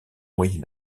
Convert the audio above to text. moyen